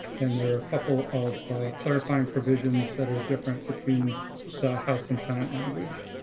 and there are a couple of clarifying provisions that are different between the house and senate language.